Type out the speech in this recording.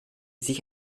sich